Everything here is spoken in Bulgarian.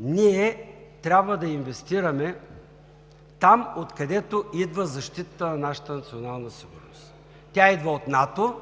ние трябва да инвестираме там, откъдето идва защитата на нашата национална сигурност. Тя идва от НАТО